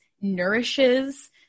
nourishes